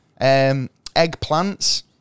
Eggplants